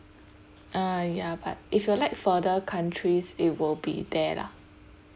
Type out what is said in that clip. uh ya but if you'd like further countries it will be there lah